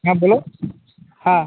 হ্যাঁ বল হ্যাঁ